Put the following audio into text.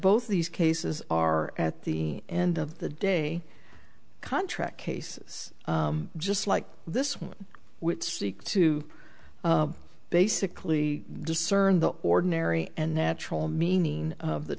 both these cases are at the end of the day contract cases just like this one which seeks to basically discern the ordinary and natural meaning of the